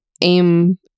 aim